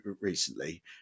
recently